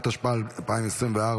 התשפ"ה 2024,